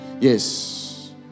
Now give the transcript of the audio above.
Yes